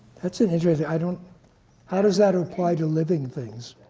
that's an interesting. i don't how does that apply to living things?